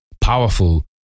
powerful